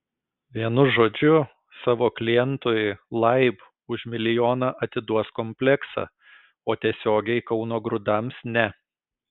vienu žodžiu savo klientui laib už milijoną atiduos kompleksą o tiesiogiai kauno grūdams ne